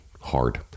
hard